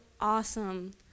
awesome